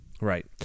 Right